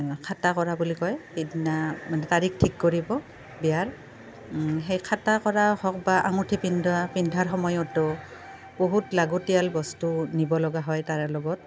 খাতা কৰা বুলি কয় সেইদিনা মানে তাৰিখ ঠিক কৰিব বিয়াৰ সেই খাতা কৰা হওক বা আণ্ঠিগু পিন্ধোৱা পিন্ধাৰ সময়তো বহুত লাগতীয়াল বস্তু নিব লগা হয় তাৰে লগত